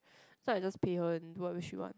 so I just 陪 her and do what she want